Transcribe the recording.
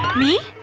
me?